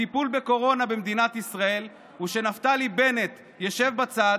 לטיפול בקורונה במדינת ישראל הוא שנפתלי בנט ישב בצד,